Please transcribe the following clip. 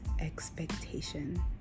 expectation